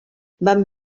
van